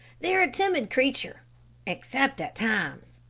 they're a timid creature except at times.